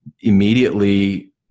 immediately